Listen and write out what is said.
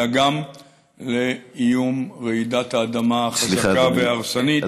אלא גם לאיום רעידת האדמה החזקה וההרסנית,